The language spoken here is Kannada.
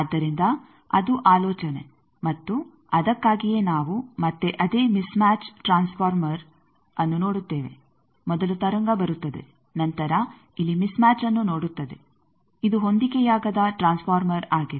ಆದ್ದರಿಂದ ಅದು ಆಲೋಚನೆ ಮತ್ತು ಅದಕ್ಕಾಗಿಯೇ ನಾವು ಮತ್ತೆ ಅದೇ ಮಿಸ್ ಮ್ಯಾಚ್ ಟ್ರಾನ್ಸ್ ಫಾರ್ಮರ್ಅನ್ನು ನೋಡುತ್ತೇವೆ ಮೊದಲು ತರಂಗ ಬರುತ್ತದೆ ನಂತರ ಇಲ್ಲಿ ಮಿಸ್ ಮ್ಯಾಚ್ಅನ್ನು ನೋಡುತ್ತದೆ ಇದು ಹೊಂದಿಕೆಯಾಗದ ಟ್ರಾನ್ಸ್ ಫಾರ್ಮರ್ಆಗಿದೆ